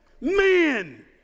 men